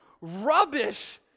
rubbish